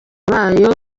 bayo